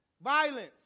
violence